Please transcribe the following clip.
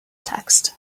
text